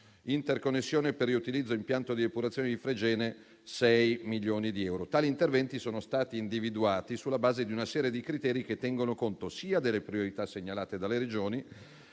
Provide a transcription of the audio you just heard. interconnessione per il riutilizzo dell'impianto di depurazione di Fregene, per 6 milioni di euro. Tali interventi sono stati individuati sulla base di una serie di criteri che tengono conto sia delle priorità segnalate dalle Regioni,